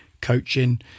coaching